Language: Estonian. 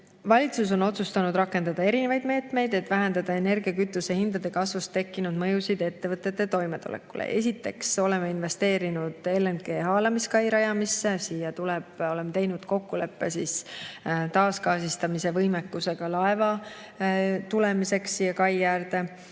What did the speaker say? Valitsus on otsustanud rakendada erinevaid meetmeid, et vähendada energia ja kütuse hindade kasvust tekkinud mõjusid ettevõtete toimetulekule. Esiteks oleme investeerinud LNG-haalamiskai rajamisse. Oleme teinud kokkuleppe taasgaasistamise võimekusega laeva tulemiseks selle kai äärde.